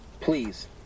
Please